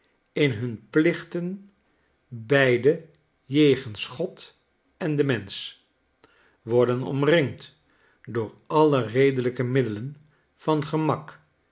in hun plichten bigide jegens god endenmensch worden omringd door alle redelijke middelen van gemak